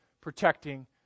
protecting